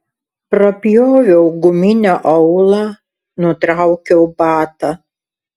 prapjoviau guminio aulą nutraukiau batą